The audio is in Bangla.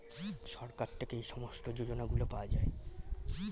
সরকার থেকে এই সমস্ত যোজনাগুলো পাওয়া যায়